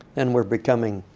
and we're becoming,